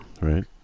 right